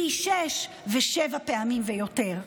פי שישה ושבעה פעמים ויותר.